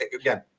again